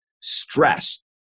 stress